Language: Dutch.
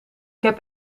heb